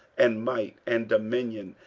and might, and dominion,